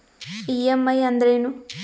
EMI ಅಂದ್ರೇನು?